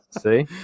see